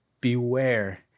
beware